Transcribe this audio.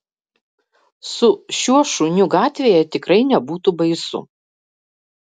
su šiuo šuniu gatvėje tikrai nebūtų baisu